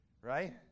right